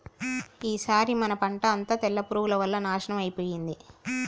ఈసారి మన పంట అంతా తెల్ల పురుగుల వల్ల నాశనం అయిపోయింది